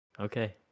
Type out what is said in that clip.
okay